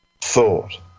thought